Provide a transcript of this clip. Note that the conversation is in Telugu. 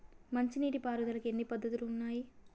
మంచి నీటి పారుదలకి ఎన్ని పద్దతులు ఉన్నాయి?